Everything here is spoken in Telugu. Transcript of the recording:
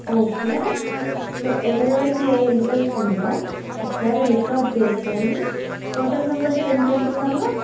ఓకే ఎవరెవరికి ఏ ఇంటరెస్ట్ ఉందో ఒకసారి లిస్ట్ ఔట్ చేసుకొని టోటల్ మెంబర్స్కి ఎంత ఎంత ఉందమ్మా